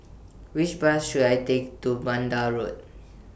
Which Bus should I Take to Vanda Road